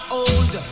old